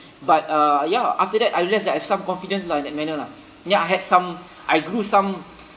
but uh ya after that I realised that I've some confidence lah in that manner lah ya I had some I grew some